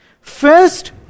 First